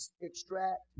extract